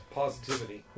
positivity